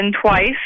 twice